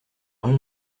rue